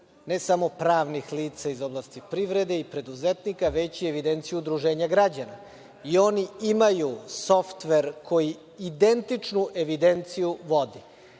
ne samo pravnih lica iz oblasti privrede i preduzetnika, već i evidenciju udruženja građana. Oni imaju softver koji identičnu evidenciju vodi.